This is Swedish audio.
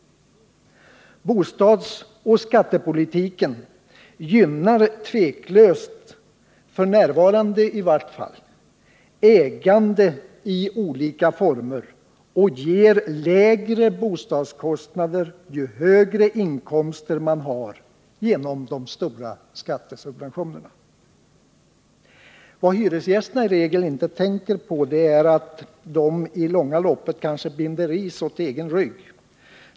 Bostadsoch skattepolitiken gynnar ägande i olika former och ger på grund av de stora skattesubventionerna lägre bostadskostnader ju högre inkomster man har. Vad hyresgästerna i regel inte tänker på är att de i det långa loppet binder ris åt egen rygg.